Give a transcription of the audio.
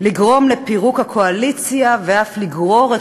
לגרום לפירוק הקואליציה ואף לגרור את